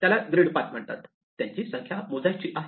त्याला grid path म्हणतात त्यांची संख्या मोजायची आहे